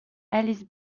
alice